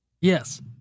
Yes